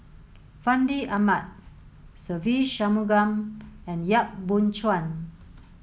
Fandi Ahmad Se Ve Shanmugam and Yap Boon Chuan